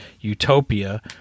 utopia